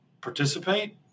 participate